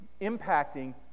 impacting